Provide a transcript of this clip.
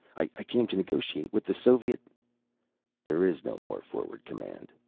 i came to negotiate with the soviet there is no more forward command.